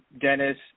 Dennis